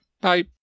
Bye